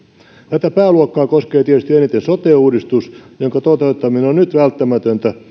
tätä pääluokkaa koskee tietysti eniten sote uudistus jonka toteuttaminen on nyt välttämätöntä